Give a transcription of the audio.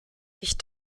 ich